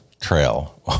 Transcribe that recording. Trail